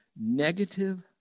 negative